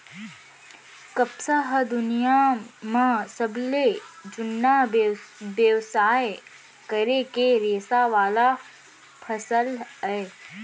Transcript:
कपसा ह दुनियां म सबले जुन्ना बेवसाय करे के रेसा वाला फसल अय